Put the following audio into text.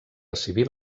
civil